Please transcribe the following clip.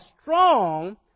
strong